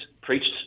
preached